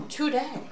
Today